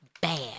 Bad